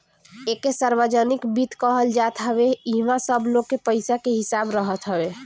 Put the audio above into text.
एके सार्वजनिक वित्त कहल जात हवे इहवा सब लोग के पईसा के हिसाब रहत हवे